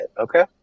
Okay